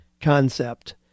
concept